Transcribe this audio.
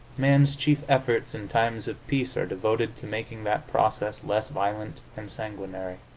man's chief efforts in times of peace are devoted to making that process less violent and sanguinary.